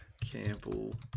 Campbell